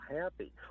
happy